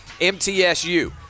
MTSU